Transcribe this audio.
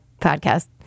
podcast